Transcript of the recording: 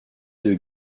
deux